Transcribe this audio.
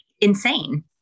insane